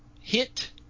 hit